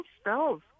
spells